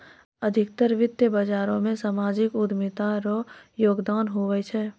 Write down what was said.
अधिकतर वित्त बाजारो मे सामाजिक उद्यमिता रो योगदान हुवै छै